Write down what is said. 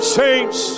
saints